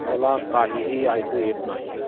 मला काहीही ऐकू येत नाही